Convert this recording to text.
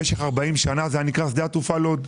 במשך 40 שנים זה נקרא שדה התעופה לוד.